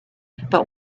but